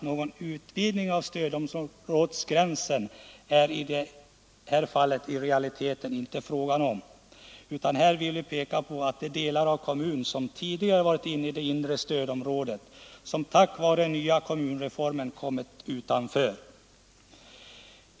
Någon utvidgning av stödområdet är det därför i realiteten inte fråga om, utan här vill vi peka på att delar av en kommun som tidigare varit i det inre stödområdet på grund av kommunreformen kommit utanför.